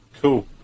Cool